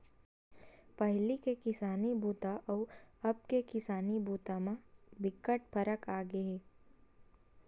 पहिली के किसानी बूता अउ अब के किसानी बूता म बिकट फरक आगे हे